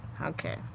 Okay